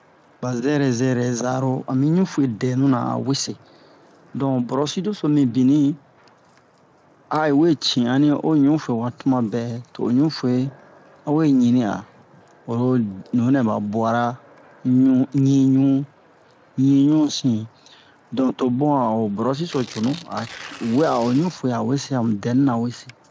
Ba zɛrɛ zɛrɛ za ro a mi ɲufu'e bɛnuna a wese don brosi doso mibini a yi we ci'ani o ɲufu'e wa tumabɛ to o ɲufu'e a we ɲini'a oro nunɛ ba bu'ara ɲu ɲiɲu ɲi ɲusin don to bun a'o brosi so cunu a wi'a o ɲufu'e a wese a mu dɛnuna wese